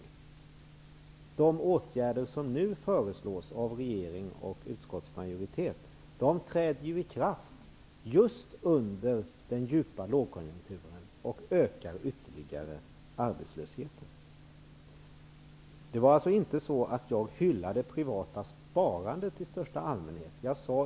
Beträffande de åtgärder som nu föreslås av regering och utskottsmajoritet kommer ikraftträdandet just under en djup lågkonjunktur, och det ökar ytterligare arbetslösheten. Jag hyllade inte det privata sparandet i största allmänhet.